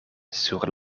sur